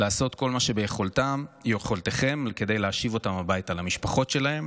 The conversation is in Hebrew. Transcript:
לעשות כל מה שביכולתכם כדי להשיב אותם הביתה למשפחות שלהם